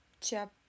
chapter